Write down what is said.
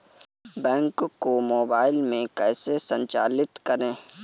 Bank को mobile में कैसे संचालित करें?